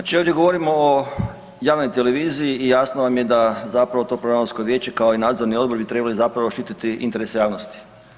Znači ovdje govorimo o javnoj televiziji i jasno vam je da zapravo to Programsko vijeće kao i nadzorni odbor bi trebali štititi interese javnosti.